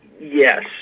Yes